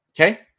Okay